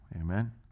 Amen